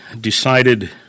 decided